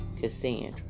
Cassandra